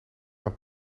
een